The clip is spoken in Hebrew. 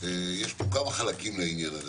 יש פה כמה חלקים לעניין הזה,